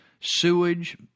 sewage